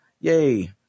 Yay